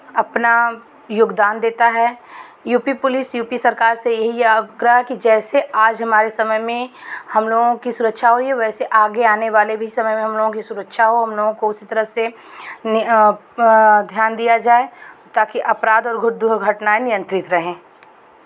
अपना योगदान देता है U P police U P सरकार से यही आग्रह कि जैसे आज हमारे समय में हम लोगों की सुरक्षा हो रही है वैसे आगे आने वाले भी समय में हम लोगों की सुरक्षा हो हम लोगों को उसी तरह से ध्यान दिया जाए ताकि अपराध और दुर्घटनाएँ नियंत्रित रहें